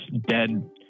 dead